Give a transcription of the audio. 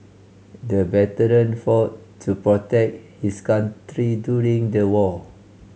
the veteran fought to protect his country during the war